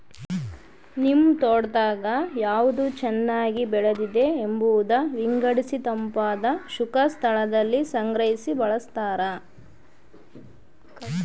ನಿಮ್ ತೋಟದಾಗ ಯಾವ್ದು ಚೆನ್ನಾಗಿ ಬೆಳೆದಿದೆ ಎಂಬುದ ವಿಂಗಡಿಸಿತಂಪಾದ ಶುಷ್ಕ ಸ್ಥಳದಲ್ಲಿ ಸಂಗ್ರಹಿ ಬಳಸ್ತಾರ